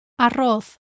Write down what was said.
arroz